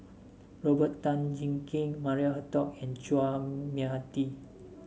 Robert Tan Jee Keng Maria Hertogh and Chua Mia Tee